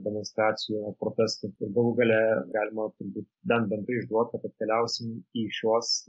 demonstracijų protestų galų gale galima turbūt bent bendrai išduoti kad keliausim į šiuos